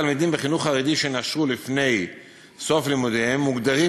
תלמידים בחינוך חרדי שנשרו לפני סוף לימודיהם מוגדרים